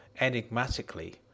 enigmatically